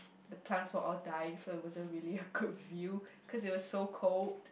the plants were all died so it wasn't really a good view cause it was so cold